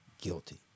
guilty